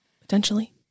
Potentially